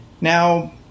Now